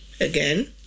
Again